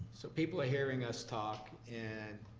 so people are hearing us talk, and